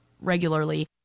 regularly